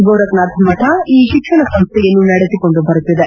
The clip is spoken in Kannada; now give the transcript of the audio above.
ಗೋರಖನಾಥ ಮಠ ಈ ಶಿಕ್ಷಣ ಸಂಸ್ಥೆಯನ್ನು ನಡೆಸಿಕೊಂಡು ಬರುತ್ತಿದೆ